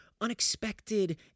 Unexpected